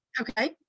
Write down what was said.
Okay